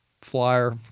flyer